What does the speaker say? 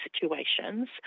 situations